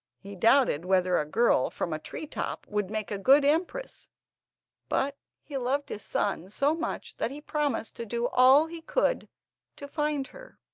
he doubted whether a girl from a tree top would make a good empress but he loved his son so much that he promised to do all he could to find her.